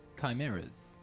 Chimeras